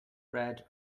bread